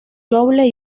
noble